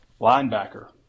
linebacker